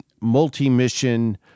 multi-mission